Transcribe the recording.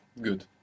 Good